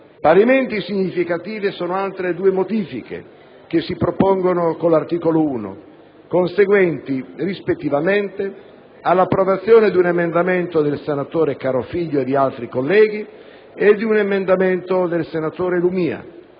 Parimenti significative sono altre due modifiche che si propongono all'articolo 1, conseguenti rispettivamente all'approvazione di un emendamento del senatore Carofiglio e di altri senatori e di un emendamento del senatore Lumia,